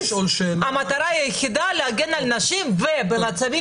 המטרה היחידה היא להגן על נשים ובמצבים